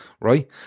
right